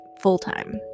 full-time